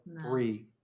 three